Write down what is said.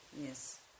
Yes